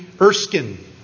Erskine